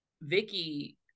Vicky